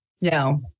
No